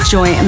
Joy